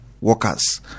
workers